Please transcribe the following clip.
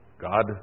God